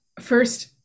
First